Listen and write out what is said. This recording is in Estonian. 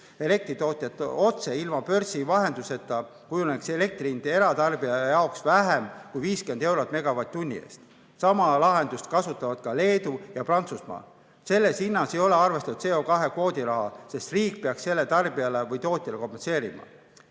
elektritootjatelt otse, ilma börsi vahenduseta, kujuneks elektri hind eratarbija jaoks vähemaks kui 50 eurot megavatt-tunni eest. Sama lahendust kasutavad ka Leedu ja Prantsusmaa. Selles hinnas ei ole arvestatud CO2kvoodi raha, sest riik peaks selle tarbijale või tootjale kompenseerima.